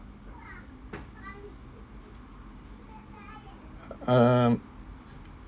uh um